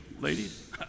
ladies